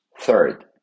Third